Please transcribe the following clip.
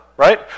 right